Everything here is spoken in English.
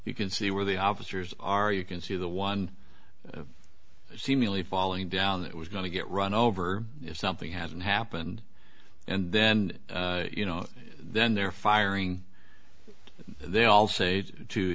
you can see where the officers are you can see the one seemingly falling down that was going to get run over or something hasn't happened and then you know then they're firing they all say to